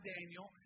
Daniel